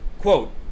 Quote